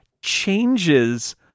changes